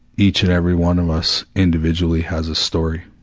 each and every one of us individually has a story.